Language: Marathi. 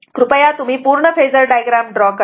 कृपया तुम्ही पूर्ण फेजर डायग्राम ड्रॉ करा